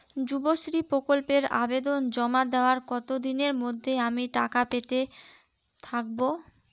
যুবশ্রী প্রকল্পে আবেদন জমা দেওয়ার কতদিনের মধ্যে আমি টাকা পেতে থাকব?